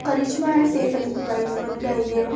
کرشمہ ہے سیف علی کی وائف بن کے آئی ہے